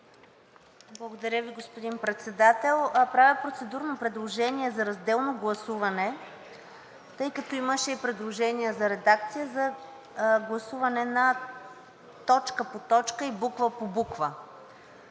Благодаря Ви, господин Председател. Правя процедурно предложение за разделно гласуване, тъй като имаше и предложения за редакция, за гласуване точка по точка и буква по буква,